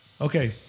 Okay